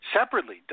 separately